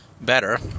better